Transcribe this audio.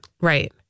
Right